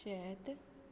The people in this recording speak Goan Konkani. शेत